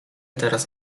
teraz